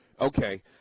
Okay